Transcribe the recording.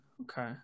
Okay